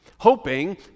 hoping